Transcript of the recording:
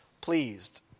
pleased